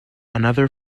another